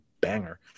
banger